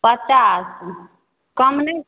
पचास कम नहि